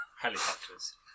Helicopters